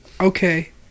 Okay